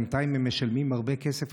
בינתיים הם משלמים הרבה כסף,